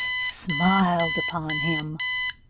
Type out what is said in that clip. smiled upon him.